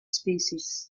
species